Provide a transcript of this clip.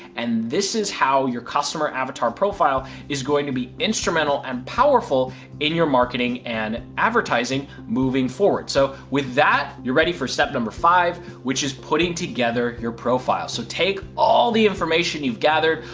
and this is how your customer avatar profile is going to be instrumental and powerful in your marketing and advertising moving forward. so with that, you're ready for step number five which is putting together your profile. so take all the information you've gathered,